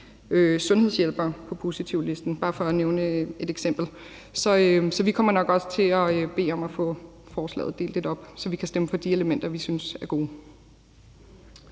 sundhedshjælpere på positivlisten, bare for at nævne et eksempel. Så vi kommer nok også til at bede om at få forslaget delt lidt op, så vi kan stemme for de elementer, vi synes er gode.